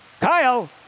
Kyle